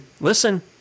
listen